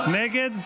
נגד?